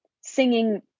singing